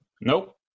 Nope